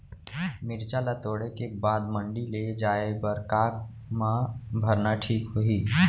मिरचा ला तोड़े के बाद मंडी ले जाए बर का मा भरना ठीक होही?